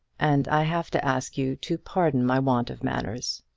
and i have to ask you to pardon my want of manners.